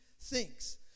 thinks